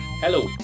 Hello